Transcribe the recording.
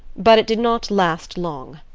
but it did not last long.